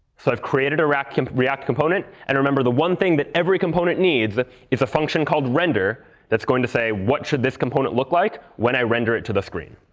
so i've created a react react component. and remember, the one thing that every component needs is a function called render that's going to say, what should this component look like when i render it to the screen?